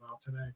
Today